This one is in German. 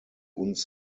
uns